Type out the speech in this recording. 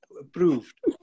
approved